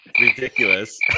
ridiculous